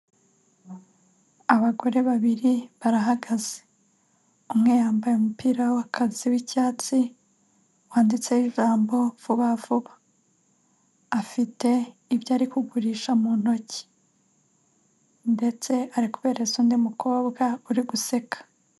Abagore babiri barahagaze umwe yambaye umupira wicyatsi wanditseho ijambo vuba vuba afite ibyo ari kugurisha mu ntoki ndetse ari kubihereza undi mukobwa uri guseka.